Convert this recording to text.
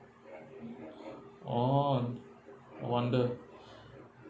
oh no wonder